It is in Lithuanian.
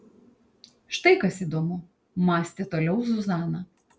štai kas įdomu mąstė toliau zuzana